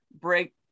break